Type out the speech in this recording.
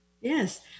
Yes